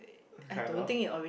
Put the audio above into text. kind of